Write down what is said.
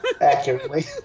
accurately